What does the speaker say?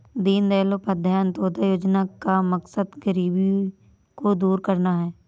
दीनदयाल उपाध्याय अंत्योदय योजना का मकसद गरीबी को दूर करना है